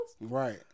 Right